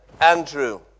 Andrew